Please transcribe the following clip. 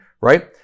right